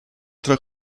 tra